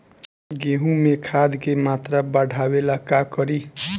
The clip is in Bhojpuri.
गेहूं में खाद के मात्रा बढ़ावेला का करी?